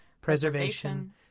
preservation